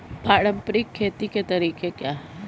पारंपरिक खेती के तरीके क्या हैं?